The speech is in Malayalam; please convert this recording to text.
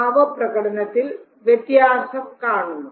ഭാവ പ്രകടനത്തിൽ വ്യത്യാസം കാണുന്നു